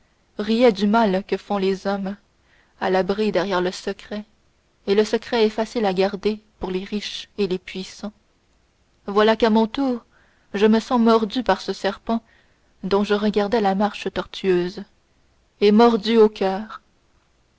riais du mal que font les hommes à l'abri derrière le secret et le secret est facile à garder pour les riches et les puissants voilà qu'à mon tour je me sens mordu par ce serpent dont je regardais la marche tortueuse et mordu au coeur